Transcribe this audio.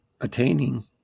Attaining